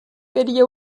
பெரிய